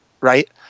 right